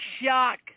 shock